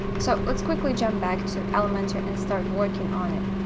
so, let's quickly jump back to elementor and start working on it.